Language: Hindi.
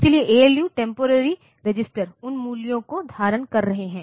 इसलिए ऐएलयू टेम्पोरेरी रजिस्टर उन मूल्यों को धारण कर रहे हैं